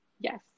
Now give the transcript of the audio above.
yes